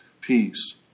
peace